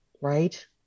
right